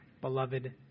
beloved